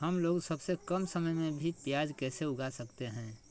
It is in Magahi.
हमलोग सबसे कम समय में भी प्याज कैसे उगा सकते हैं?